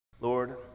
lord